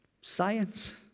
science